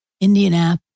Indianapolis